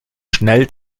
schnell